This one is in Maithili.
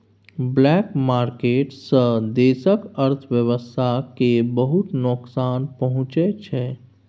ब्लैक मार्केट सँ देशक अर्थव्यवस्था केँ बहुत नोकसान पहुँचै छै